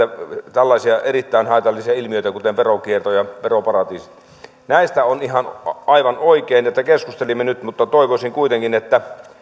tällaisia erittäin haitallisia ilmiöitä kuten veronkiertoa ja veroparatiiseja on aivan oikein että keskustelimme näistä nyt mutta toivoisin kuitenkin että